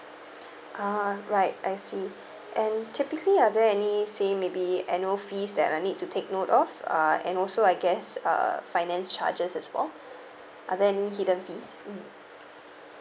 ah right I see and typically are there any say maybe annual fees that I need to take note of uh and also I guess uh finance charges as well are there any hidden fees mm